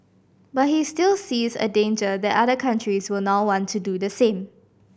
but he still sees a danger that other countries will now want to do the same